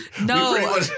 No